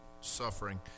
suffering